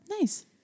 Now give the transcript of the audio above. Nice